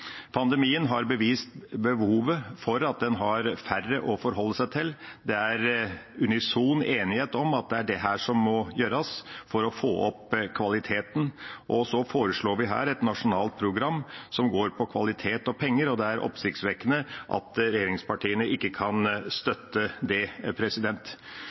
Pandemien har vist behovet for å ha færre å forholde seg til. Det er unison enighet om at det er dette som må gjøres for å få opp kvaliteten. Vi foreslår her et nasjonalt program som går på kvalitet og penger, og det er oppsiktsvekkende at regjeringspartiene ikke kan støtte det.